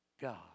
God